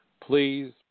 Please